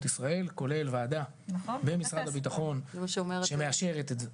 ישראל כולל וועדה במשרד הביטחון שמאשרת את זה.